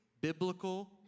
biblical